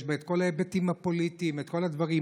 יש בה כל ההיבטים הפוליטיים, כל הדברים.